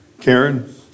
Karen